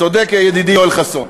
צודק ידידי יואל חסון.